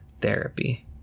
Therapy